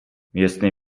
miestny